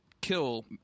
kill